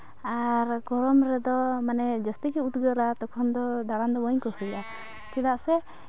ᱟᱨ ᱜᱚᱨᱚᱢ ᱨᱮᱫᱚ ᱢᱟᱱᱮ ᱡᱟᱹᱥᱛᱤ ᱜᱮ ᱩᱫᱽᱜᱟᱹᱨᱟ ᱛᱚᱠᱷᱚᱱ ᱫᱚ ᱫᱟᱬᱟᱱ ᱫᱚ ᱵᱟᱹᱧ ᱠᱩᱥᱤᱭᱟᱜᱼᱟ ᱪᱮᱫᱟᱜ ᱥᱮ